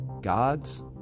Gods